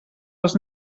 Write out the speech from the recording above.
els